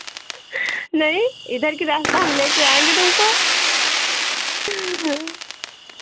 नहीं इधर की रास्ता हम लेके आएंगे तुमको